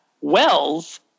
Wells